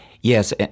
Yes